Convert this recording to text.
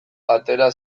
atera